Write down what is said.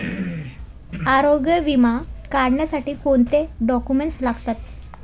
आरोग्य विमा काढण्यासाठी कोणते डॉक्युमेंट्स लागतात?